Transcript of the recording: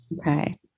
Okay